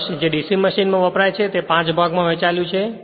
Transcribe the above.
brush જે DC machine માં વપરાય છે તે 5 ભાગ માં વહેચાયેલું છે